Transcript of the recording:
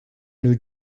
new